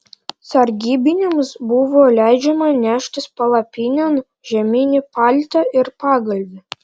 sargybiniams buvo leidžiama neštis palapinėn žieminį paltą ir pagalvį